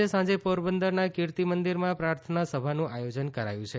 આજે સાંજે પોરબંદરના કિર્તી મંદિરમાં પ્રાર્થના સભાનું આયોજન કરાયું છે